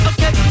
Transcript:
Okay